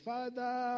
Father